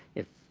if,